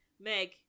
Meg